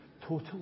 total